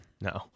no